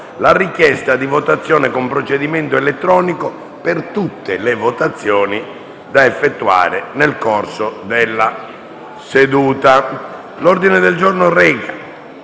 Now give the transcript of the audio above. la richiesta di votazione con procedimento elettronico per tutte le votazioni da effettuare nel corso della seduta. La richiesta